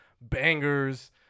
bangers